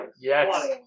Yes